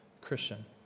Christian